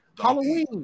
Halloween